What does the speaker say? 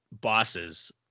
bosses